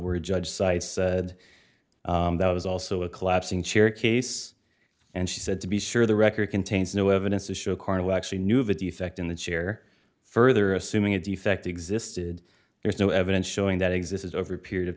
were a judge site said that was also a collapsing chair case and she said to be sure the record contains no evidence to show carl actually knew of a defect in the chair further assuming a defect existed there is no evidence showing that existed over a period of